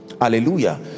Hallelujah